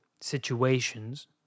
situations